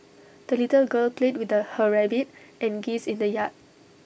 the little girl played with A her rabbit and geese in the yard